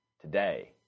today